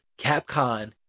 Capcom